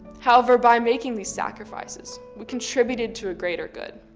however, by making these sacrifices, we contributed to a greater good.